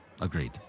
Agreed